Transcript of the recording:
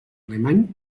alemany